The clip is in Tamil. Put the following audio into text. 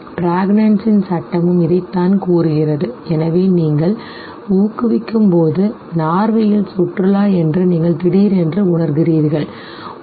ப்ரக்னான்ஸின் சட்ட மும் law of Prägnanz இதைத்தான் கூறுகிறது எனவே நீங்கள் ஊக்குவிக்கும் போது Norway யில் சுற்றுலா என்று நீங்கள் திடீரென்று உணர்கிறீர்கள் சரி